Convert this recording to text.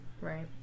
right